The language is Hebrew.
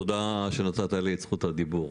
תודה שנתת לי את זכות הדיבור.